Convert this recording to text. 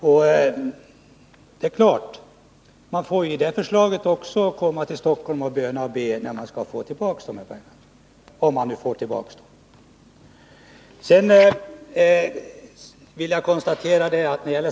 Även med socialdemokraternas förslag får kommunen komma till Stockholm och böna och be om att få tillbaka dessa pengar — om man nu får tillbaka dem.